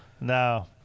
No